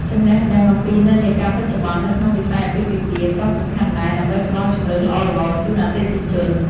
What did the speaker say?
ចំណេះដឹងអំពីនិន្នាការបច្ចុប្បន្ន នៅក្នុងវិស័យអាពាហ៍ពិពាហ៍ក៏សំខាន់ដែរ ដើម្បីផ្តល់ជម្រើសល្អៗជូនអតិថិជន។